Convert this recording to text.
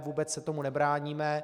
Vůbec se tomu nebráníme.